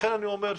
לכן אני אומר,